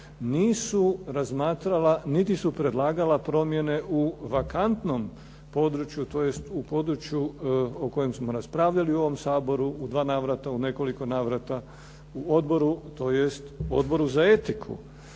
Nisu razmatrala niti su predlagala promjene u vakantnom području tj. u području o kojem smo raspravljali u ovom Saboru u dva navrata, u nekoliko navrata u odboru tj. Odboru za etiku.